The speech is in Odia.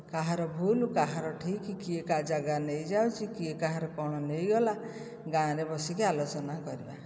କାହାର ଭୁଲ୍ କାହାର ଠିକ୍ କିଏ କା ଜାଗା ନେଇଯାଉଛି କିଏ କାହାର କ'ଣ ନେଇଗଲା ଗାଁରେ ବସିକି ଆଲୋଚନା କରିବା